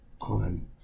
on